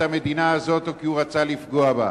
המדינה הזאת או כי הוא רצה לפגוע בה.